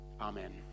Amen